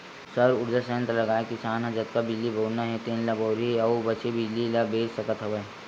सउर उरजा संयत्र लगाए किसान ह जतका बिजली बउरना हे तेन ल बउरही अउ बाचे बिजली ल बेच सकत हवय